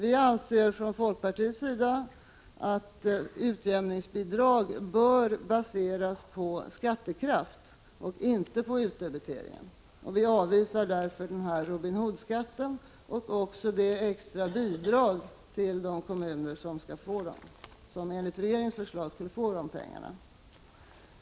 I folkpartiet anser vi att utjämningsbidrag bör baseras på skattekraft och inte på utdebiteringen. Vi avvisar därför denna Robin Hood-skatt, liksom de extra bidrag till de kommuner som enligt regeringens förslag skulle få dessa pengar.